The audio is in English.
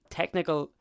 technical